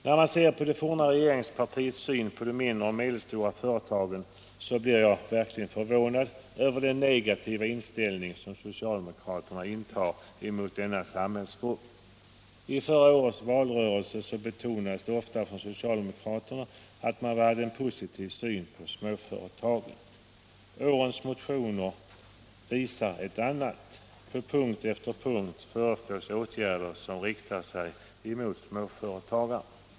När jag ser på det forna regeringspartiets attityd till de mindre och medelstora företagen blir jag verkligen förvånad över den negativa inställning som socialdemokraterna intar mot denna samhällsgrupp. I förra årets valrörelse betonade socialdemokraterna sin positiva syn på småföretagen. Årets motioner visar något annat: på punkt efter punkt föreslås åtgärder som riktar sig mot småföretagarna.